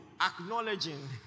acknowledging